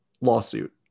lawsuit